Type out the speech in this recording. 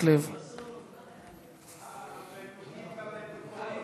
את שבוע הבא.